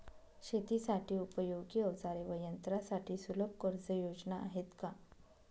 शेतीसाठी उपयोगी औजारे व यंत्रासाठी सुलभ कर्जयोजना आहेत का?